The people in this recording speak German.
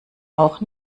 auch